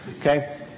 okay